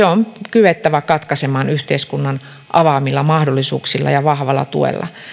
on kyettävä katkaisemaan yhteiskunnan avaamilla mahdollisuuksilla ja vahvalla tuella